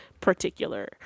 particular